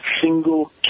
single